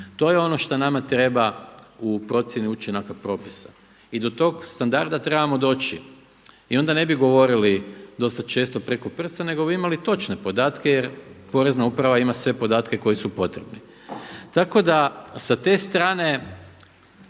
To je ono šta nama treba u procjeni učinaka propisa i do tog standarda trebamo doći. I onda ne bi govorili dosta često preko prsta nego bi imali točne podatke jer Porezna uprava ima sve podatke koji su potrebni. Tako da sa te strane